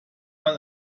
mal